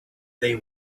they